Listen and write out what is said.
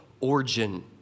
origin